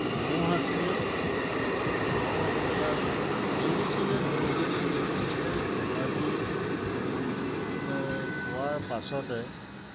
ম'হ আছিলে ম'হ এটা জগিছিলে ম'হজনী জগিছিলে পোৱালি পোৱাৰ পাছতে